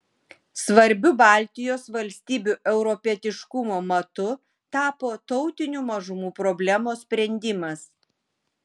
svarbiu baltijos valstybių europietiškumo matu tapo tautinių mažumų problemos sprendimas